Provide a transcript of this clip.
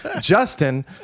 Justin